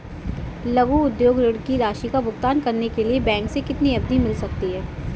लघु उद्योग ऋण की राशि का भुगतान करने के लिए बैंक से कितनी अवधि मिल सकती है?